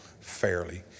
fairly